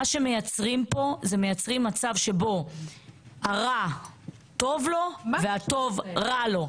ניר מייצרים פה מצב שבו הרע טוב לו והטוב רע לו.